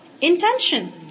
intention